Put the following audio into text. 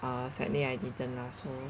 ah sadly I didn't last so